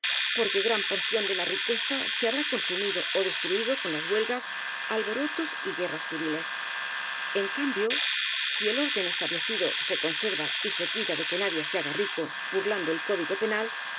porque gran porción de la riqueza se ha brá consumido ó destruido con las huelgas alborotos y guerras civiles en cambio si el orden es tablecido se conserva y si se cuida de que nadie se haga rico burlando el código penal